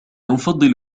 أفضل